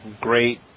great